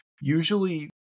usually